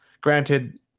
Granted